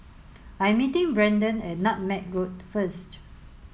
I am meeting Brendan at Nutmeg Road first